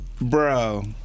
Bro